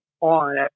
on